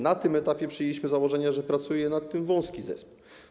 Na tym etapie przyjęliśmy założenie, że pracuje nad tym wąski zespół.